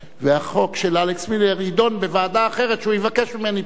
והחוק של אלכס מילר יידון בוועדה אחרת שהוא יבקש ממני פתאום.